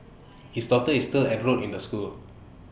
his daughter is still enrolled in the school